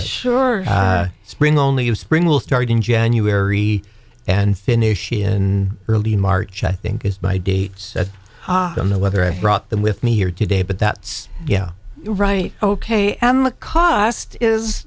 sure spring only of spring will start in january and finish in early march i think is my day said on the weather i brought them with me here today but that's yeah right ok and the cost is